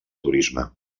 turisme